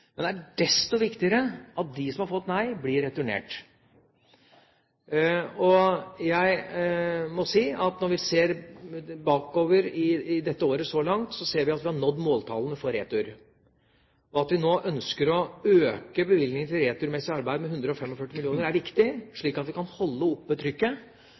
Men det er desto viktigere at de som har fått et nei, blir returnert. Jeg må si at når vi ser tilbake på året så langt, ser vi at vi har nådd måltallene for retur. At vi nå ønsker å øke bevilgningen til returmessig arbeid med 145 mill. kr, er viktig, slik at vi kan holde trykket